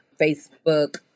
Facebook